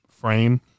frame